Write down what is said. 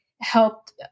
helped